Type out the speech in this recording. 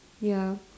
ya